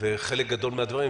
וחלק גדול מן הדברים,